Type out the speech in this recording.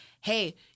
hey